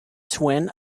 twin